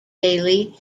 daily